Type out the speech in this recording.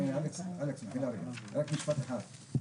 אלכס, מחילה רגע, רק משפט אחד.